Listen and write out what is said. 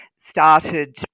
started